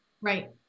Right